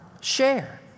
share